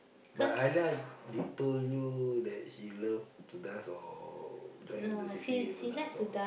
but Alia they told you that she love to dance or join the C_C_A for dance or